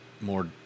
more